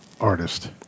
artist